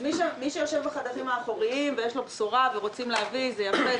מי שיושב בחדרים האחוריים ויש לו בשורה ורוצה להביא זה יפה,